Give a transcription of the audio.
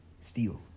Steel